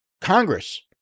Congress